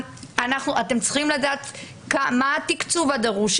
אתם צריכים לדעת מה התקצוב הדרוש,